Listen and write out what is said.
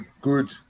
good